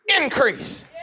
increase